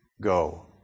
go